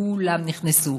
וכולם נכנסו.